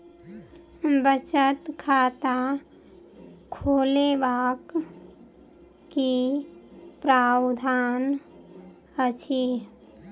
बचत खाता खोलेबाक की प्रावधान अछि?